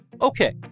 Okay